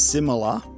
Similar